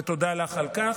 ותודה לך על כך.